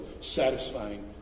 satisfying